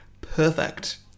perfect